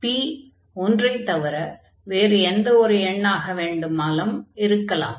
p 1 ஐத் தவிர்த்து வேறு எந்த ஒரு எண்ணாக வேண்டுமானாலும் இருக்கலாம்